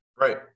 Right